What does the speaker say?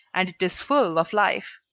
and it is full of life.